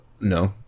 No